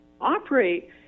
operate